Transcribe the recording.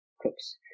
cooks